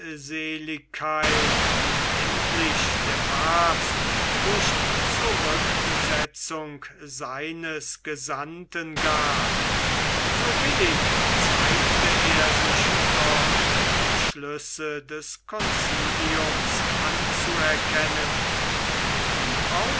feindseligkeit ihm endlich der papst durch die zurücksetzung seines gesandten gab so willig zeigte er sich doch die schlüsse des conciliums anzuerkennen die